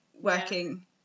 working